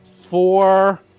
four